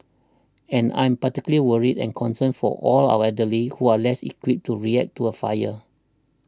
and I'm particularly worried and concerned for all our elderly who are less equipped to react to a fire